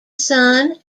son